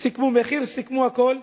סיכמו מחיר וסיכמו הכול.